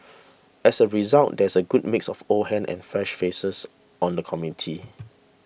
as a result there is a good mix of old hands and fresh faces on the committee